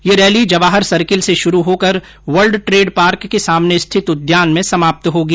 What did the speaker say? यह rally Jawahar circle से प्रारंभ होकर वर्ल्ड ट्रेड पार्क के सामने स्थित उद्यान में समाप्त होगी